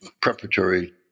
preparatory